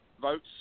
votes